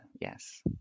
yes